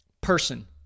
person